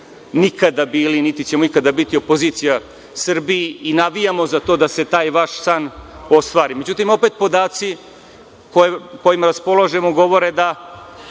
nikada bili, niti ćemo ikada biti opozicija Srbiji i navijamo za to da se taj vaš san ostvari. Međutim, opet podaci kojima raspolažemo govore da